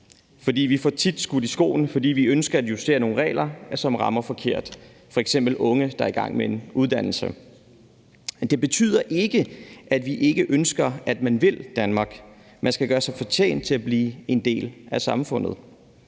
For vi får tit skudt noget andet i skoene, fordi vi ønsker at justere nogle regler, som rammer forkert, f.eks. unge, der er i gang med en uddannelse. Det betyder ikke, at vi ikke ønsker, at man vil Danmark; man skal gøre sig fortjent til at blive en del af samfundet.